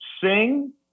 sing